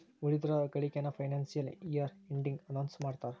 ಉಳಿದಿರೋ ಗಳಿಕೆನ financial year ಎಂಡಿಗೆ ಅನೌನ್ಸ್ ಮಾಡ್ತಾರಾ